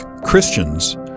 Christians